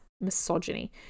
misogyny